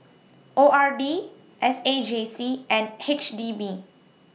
O R D S A J C and H D B